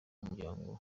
umuryango